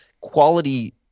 quality